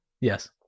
Yes